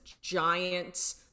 giant